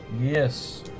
Yes